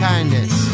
Kindness